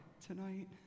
tonight